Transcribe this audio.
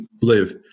live